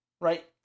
right